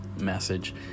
message